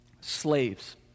Slaves